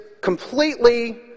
completely